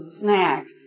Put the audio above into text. snacks